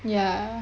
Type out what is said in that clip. ya